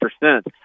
percent